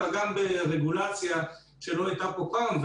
אלא גם ברגולציה שלא הייתה פה פעם,